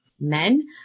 Men